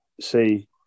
see